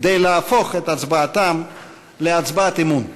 כדי להפוך את הצבעתם להצבעת אמון.